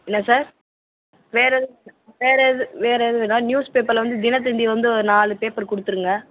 என்ன சார் வேற எதுவும் வேற எது வேற எது வேணா நியூஸ் பேப்பர்ல வந்து தினத்தந்தி வந்து ஒரு நாலு பேப்பர் கொடுத்துருங்க